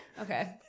okay